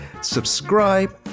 Subscribe